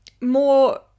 More